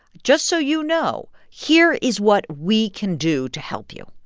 just so you know, here is what we can do to help you.